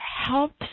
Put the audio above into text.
helps